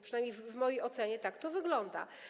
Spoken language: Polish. Przynajmniej w mojej ocenie tak to wygląda.